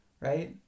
right